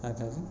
ಹಾಗಾಗಿ